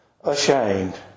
ashamed